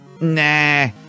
nah